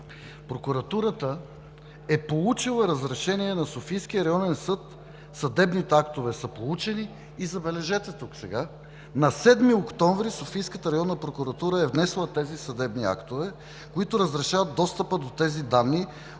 прокуратурата е получила разрешение на Софийския районен съд, съдебните актове са получени и сега, забележете: на 7 октомври Софийската районна прокуратура е внесла тези съдебни актове, които разрешават достъпа до данните,